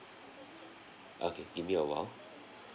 okay give me awhile